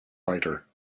fighter